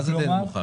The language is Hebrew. מה זה "די נמוכה"?